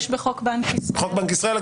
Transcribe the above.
יש בחוק בנק ישראל.